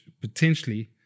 potentially